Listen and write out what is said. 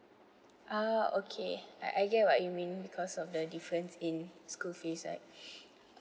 ah okay I I get what you mean because of the difference in school fees right